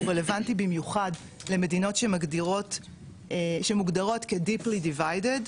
הוא רלוונטי במיוחד למדינות שמוגדרות כ- דיפלי דיביידד,